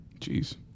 Jeez